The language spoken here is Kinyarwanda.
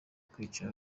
kwica